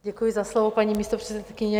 Děkuji za slovo, paní místopředsedkyně.